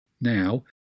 now